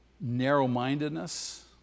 narrow-mindedness